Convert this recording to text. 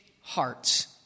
hearts